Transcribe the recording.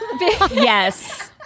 Yes